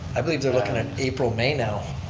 i believe they're looking at april, may now,